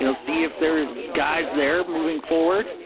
you know see if there's guys there moving forward.